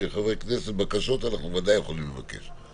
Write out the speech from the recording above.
כחברי כנסת, בקשות אנחנו ודאי יכולים לבקש.